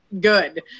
good